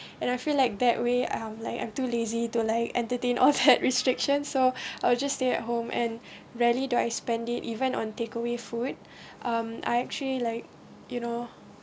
and I feel like that way um like I'm too lazy to like entertain all that restrictions so I'll just stay at home and rarely do I spend it even on takeaway food um I actually like you know